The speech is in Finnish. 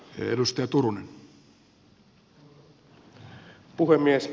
arvoisa puhemies